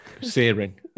searing